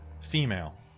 Female